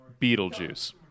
Beetlejuice